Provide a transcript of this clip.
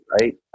right